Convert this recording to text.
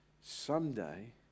someday